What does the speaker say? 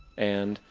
and,